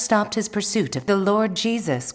stopped his pursuit of the lord jesus